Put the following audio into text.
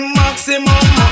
maximum